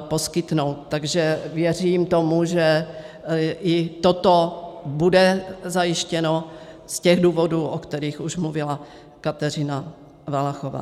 poskytnout, takže věřím tomu, že i toto bude zajištěno z těch důvodů, o kterých už mluvila Kateřina Valachová.